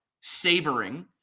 savoring